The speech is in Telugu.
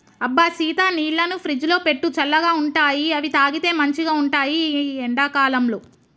అబ్బ సీత నీళ్లను ఫ్రిజ్లో పెట్టు చల్లగా ఉంటాయిఅవి తాగితే మంచిగ ఉంటాయి ఈ ఎండా కాలంలో